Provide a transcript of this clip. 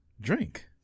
Drink